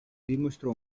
dimostrò